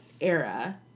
era